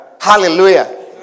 Hallelujah